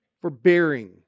forbearing